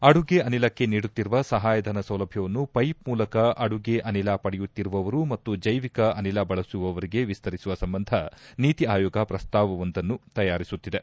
ಅಡುಗೆ ಅನಿಲಕ್ಕೆ ನೀಡುತ್ತಿರುವ ಸಹಾಯಧನ ಸೌಲಭ್ಯವನ್ನು ಪೈಪ್ ಮೂಲಕ ಅಡುಗೆ ಅನಿಲ ಪಡೆಯುತ್ತಿರುವವರು ಮತ್ತು ಜೈವಿಕ ಅನಿಲ ಬಳಸುವವರಿಗೂ ವಿಸ್ತರಿಸುವ ಸಂಬಂಧ ನೀತಿ ಆಯೋಗ ಪ್ರಸ್ತಾಪವೊಂದನ್ನು ತಯಾರಿಸುತ್ತಿದೆ